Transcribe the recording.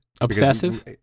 Obsessive